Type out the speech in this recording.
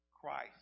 Christ